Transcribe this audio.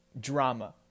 drama